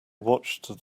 watched